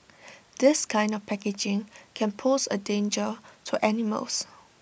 this kind of packaging can pose A danger to animals